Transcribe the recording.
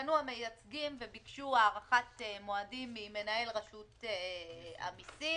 פנו המייצגים וביקשו הארכת מועדים ממנהל רשות המסים.